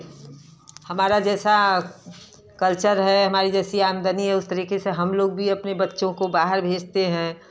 हमारा जैसा कल्चर है हमारी जैसी आमदनी है उस तरीके से हम लोग भी अपने बच्चों को बाहर भेजते हैं